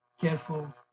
careful